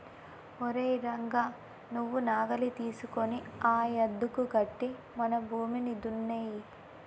ఓరై రంగ నువ్వు నాగలి తీసుకొని ఆ యద్దుకి కట్టి మన భూమిని దున్నేయి